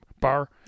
bar